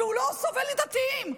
והוא לא סובל דתיים,